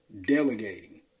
delegating